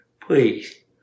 please